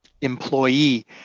employee